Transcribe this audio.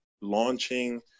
launching